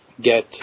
get